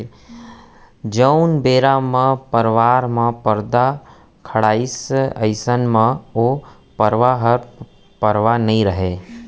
जउन बेरा म परवार म परदा खड़ाइस अइसन म ओ परवार ह परवार नइ रहय